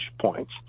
points